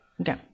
Okay